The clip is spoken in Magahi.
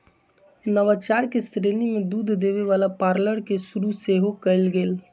नवाचार के श्रेणी में दूध देबे वला पार्लर के शुरु सेहो कएल गेल